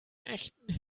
echten